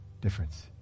difference